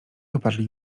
oparli